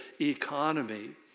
economy